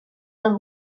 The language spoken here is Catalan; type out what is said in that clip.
del